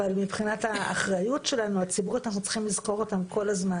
אבל מבחינת האחריות שלנו הציבורית אנחנו צריכים לזכור אותן כל הזמן,